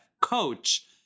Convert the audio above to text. coach